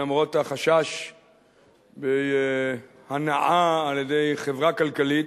למרות החשש בהנעה על-ידי חברה כלכלית,